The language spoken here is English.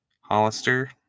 Hollister